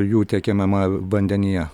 jų tiekiamame vandenyje